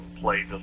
played